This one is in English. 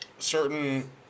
certain